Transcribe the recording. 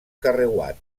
carreuat